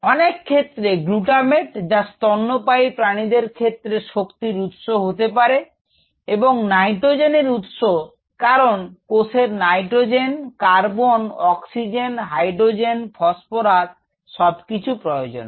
অনেক ক্ষেত্রে Glutamine যা স্তন্যপায়ী প্রাণীদের ক্ষেত্রে শক্তির উৎস হতে পারে এবং নাইট্রোজেনের উৎস কারণ কোষের nitrogen carbon oxygen hydrogen phosphorus সবকিছুই প্রয়োজন হয়